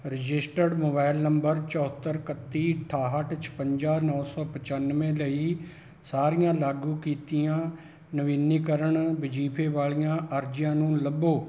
registered mobile number ਚੁਹੱਤਰ ਇਕੱਤੀ ਅਠਾਹਠ ਛਪੰਜਾ ਨੌਂ ਸੌ ਪਚਾਨਵੇਂ ਲਈ ਸਾਰੀਆਂ ਲਾਗੂ ਕੀਤੀਆਂ ਨਵੀਨੀਕਰਨ ਵਜ਼ੀਫੇ ਵਾਲੀਆਂ ਅਰਜ਼ੀਆਂ ਨੂੰ ਲੱਭੋ